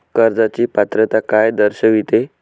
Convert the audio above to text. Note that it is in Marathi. कर्जाची पात्रता काय दर्शविते?